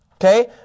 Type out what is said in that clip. okay